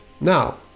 now